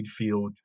midfield